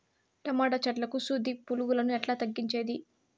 Tomato చెట్లకు సూది పులుగులను ఎట్లా తగ్గించేది?